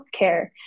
healthcare